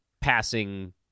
passing